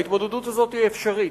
ההתמודדות הזאת אפשרית.